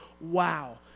wow